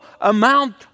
amount